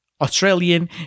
Australian